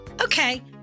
Okay